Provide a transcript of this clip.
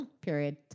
Period